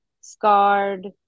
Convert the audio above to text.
scarred